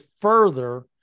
further